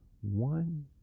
One